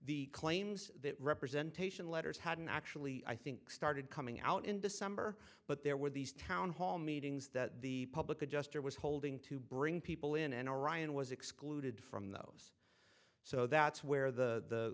the claims that representation letters hadn't actually i think started coming out in december but there were these town hall meetings that the public adjuster was holding to bring people in and orion was excluded from those so that's where the